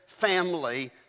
family